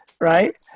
right